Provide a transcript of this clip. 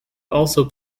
also